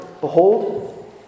Behold